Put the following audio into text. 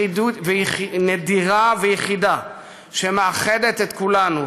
נדירה ויחידה שמאחדת את כולנו,